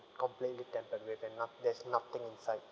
completely tempered with and no~ there's nothing inside